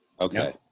Okay